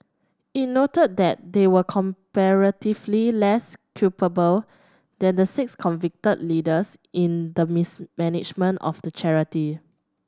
it noted that they were comparatively less culpable than the six convicted leaders in the mismanagement of the charity